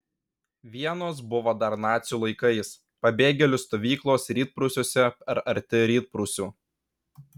vienos buvo dar nacių laikais pabėgėlių stovyklos rytprūsiuose ar arti rytprūsių